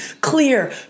clear